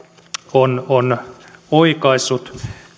on on oikaissut